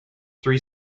three